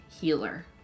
healer